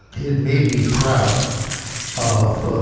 it made me proud of